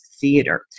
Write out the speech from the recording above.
theater